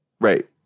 Right